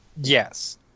yes